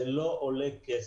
זה לא עולה כסף.